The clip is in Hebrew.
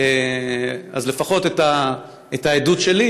אז לפחות את העדות שלי,